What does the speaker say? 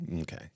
Okay